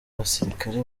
abasirikare